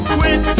quit